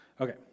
Okay